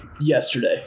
yesterday